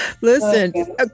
Listen